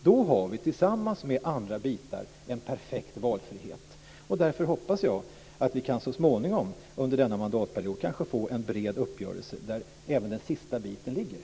Då har vi tillsammans med andra bitar en perfekt valfrihet. Därför hoppas jag att vi så småningom under denna mandatperiod kan få en bred uppgörelse där även den sista biten finns med.